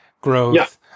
growth